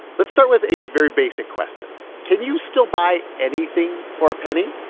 let's start with a very basic question can you still buy anything for a penny?